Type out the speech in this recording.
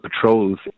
patrols